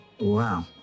Wow